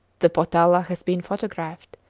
the potala has been photographed,